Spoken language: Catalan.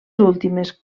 últimes